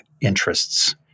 interests